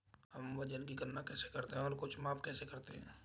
हम वजन की गणना कैसे करते हैं और कुछ माप कैसे करते हैं?